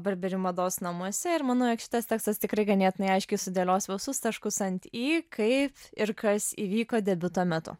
barberi mados namuose ir mano jog šitas tekstas tikrai ganėtinai aiškiai sudėlios visus taškus ant i kaip ir kas įvyko debiuto metu